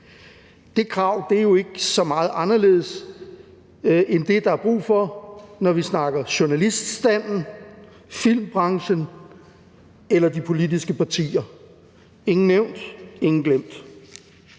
Det krav er jo ikke så meget anderledes end det, der er brug for, når vi snakker journaliststanden, filmbranchen eller de politiske partier – ingen nævnt, ingen glemt.